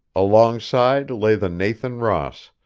alongside lay the nathan ross,